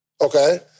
Okay